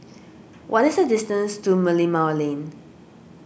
what is the distance to Merlimau Lane